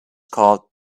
called